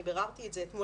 אני ביררתי את זה אתמול,